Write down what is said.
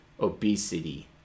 obesity